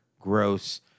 gross